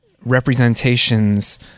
representations